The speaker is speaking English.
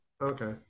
Okay